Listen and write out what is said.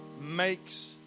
makes